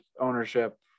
ownership